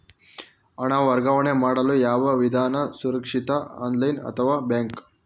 ಹಣ ವರ್ಗಾವಣೆ ಮಾಡಲು ಯಾವ ವಿಧಾನ ಸುರಕ್ಷಿತ ಆನ್ಲೈನ್ ಅಥವಾ ಬ್ಯಾಂಕ್?